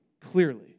clearly